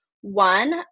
one